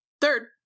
Third